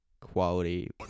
quality